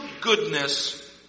goodness